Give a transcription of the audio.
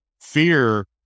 fear